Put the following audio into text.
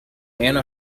anna